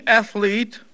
athlete